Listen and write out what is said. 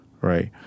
right